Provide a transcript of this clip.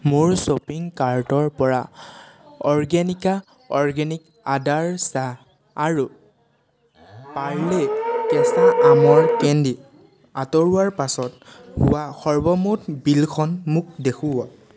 মোৰ শ্বপিং কাৰ্টৰ পৰা অৰ্গেনিকা অৰ্গেনিক আদাৰ চাহ আৰু পাৰ্লে কেঁচা আমৰ কেণ্ডি আঁতৰোৱাৰ পাছত হোৱা সৰ্বমুঠ বিলখন মোক দেখুওৱা